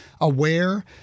aware